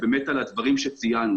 על הדברים שציינו,